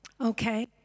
Okay